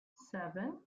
seven